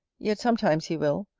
yet sometimes he will,